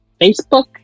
Facebook